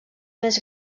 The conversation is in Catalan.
més